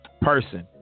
person